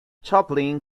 chaplin